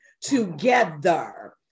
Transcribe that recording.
together